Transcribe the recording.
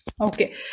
Okay